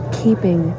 keeping